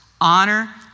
honor